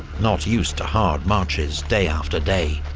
not used to hard marches day after day.